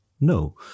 No